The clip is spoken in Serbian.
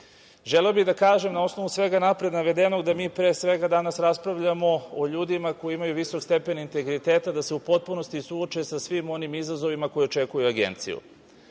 bih da kažem na osnovu svega napred navedenog da mi pre svega danas raspravljamo o ljudima koji imaju visok stepen integriteta, da se u potpunosti suoče sa svim onim izazovima koje očekuje Agenciju. Kada